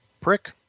prick